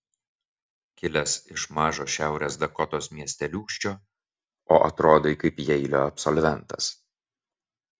kilęs iš mažo šiaurės dakotos miesteliūkščio o atrodai kaip jeilio absolventas